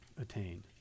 attained